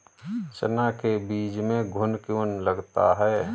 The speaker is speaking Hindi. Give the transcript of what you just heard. चना के बीज में घुन क्यो लगता है?